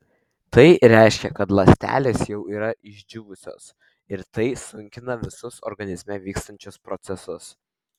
tai reiškia kad ląstelės jau yra išdžiūvusios ir tai sunkina visus organizme vyksiančius procesus